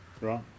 Right